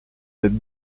êtes